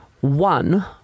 one